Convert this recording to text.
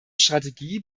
strategie